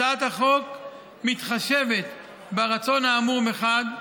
הצעת החוק מתחשבת ברצון האמור מצד אחד,